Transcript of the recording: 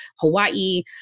Hawaii